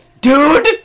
Dude